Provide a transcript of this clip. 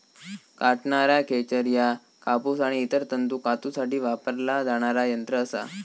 कातणारा खेचर ह्या कापूस आणि इतर तंतू कातूसाठी वापरला जाणारा यंत्र असा